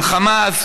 של חמאס,